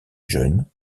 jeune